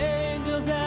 angels